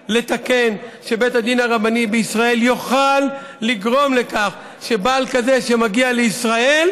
שבית הדין הרבני בישראל יוכל לגרום לכך שבעל כזה שמגיע לישראל,